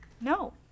No